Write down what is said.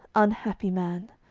unhappy man!